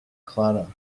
clara